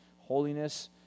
Holiness